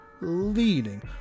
leading